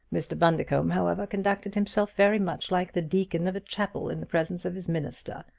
mr. bundercombe, however, conducted himself very much like the deacon of a chapel in the presence of his minister.